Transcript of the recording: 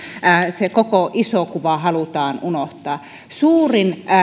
se koko iso kuva halutaan unohtaa suurin